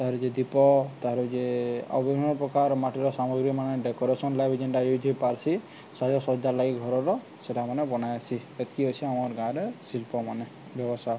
ତା'ର୍ ଯେ ଦୀପ ତା'ର୍ ଯେ ଆଉ ବିଭିନ୍ନ ପ୍ରକାର୍ ମାଟିର୍ ସାମଗ୍ରୀ ମାନେ ଡେକୋରେସନ୍ ଲାଗି ଯେନ୍ଟା ୟୁଜ୍ ହେଇପାର୍ସି ସାଜସଜ୍ଜା ଲାଗି ଘରର୍ ସେଟାମାନେ ବନାହେସି ଏତ୍କି ଅଛି ଆମର୍ ଗାଁ'ରେ ଶିଳ୍ପମାନେ ବ୍ୟବସାୟ